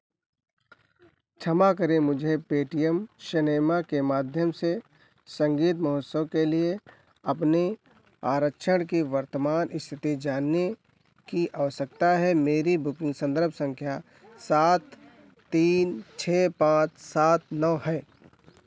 क्षमा करें मुझे पेटीएम शिनेमा के माध्यम से संगीत महोत्सव के लिए अपने आरक्षण की वर्तमान स्थिति जानने की आवश्यकता है मेरी बुकिंग संदर्भ संख्या सात तीन छः पाँच सात नौ है